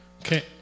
Okay